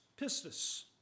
pistis